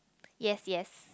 yes yes